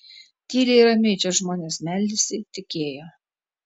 tyliai ramiai čia žmonės meldėsi tikėjo